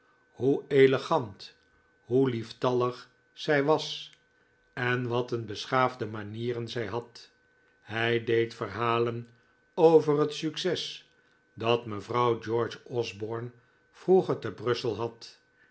hoe elegant hoe lieftallig zij was en wat een beschaafde manieren zij had hij deed verhalen over het succes dat mevrouw george osborne vroeger te brussel had